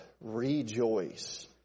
rejoice